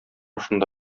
шунда